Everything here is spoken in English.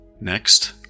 Next